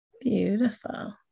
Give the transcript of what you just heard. beautiful